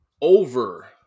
over